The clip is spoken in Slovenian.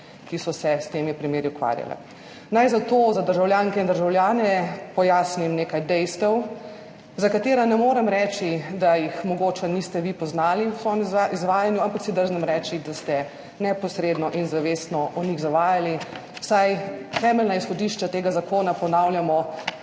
ki so se s temi primeri ukvarjala. Naj zato za državljanke in državljane pojasnim nekaj dejstev, za katera ne morem reči, da jih mogoče vi niste poznali v svojem izvajanju, ampak si drznem reči, da ste neposredno in zavestno o njih zavajali, saj temeljna izhodišča tega zakona ponavlja